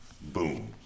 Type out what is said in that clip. Boom